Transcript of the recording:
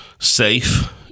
Safe